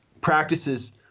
practices